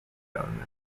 government